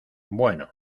bueno